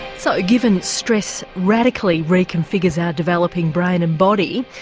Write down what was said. so ah given stress radically reconfigures our developing brain and body,